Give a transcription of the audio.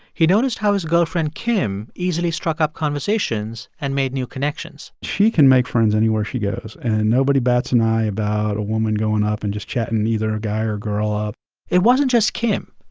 he noticed how his girlfriend kim easily struck up conversations and made new connections she can make friends anywhere she goes. and nobody bats an eye about a woman going up and just chatting either a guy or a girl up it wasn't just kim.